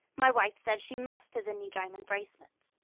my wife says she must have a new diamond bracelet.